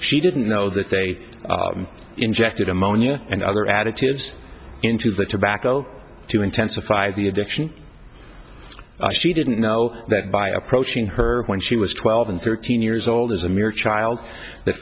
she didn't know that they injected ammonia and other additives into the tobacco to intensify the addiction she didn't know that by approaching her when she was twelve and thirteen years old as a mere child th